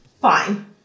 Fine